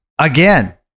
Again